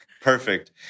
perfect